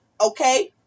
okay